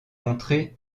contrée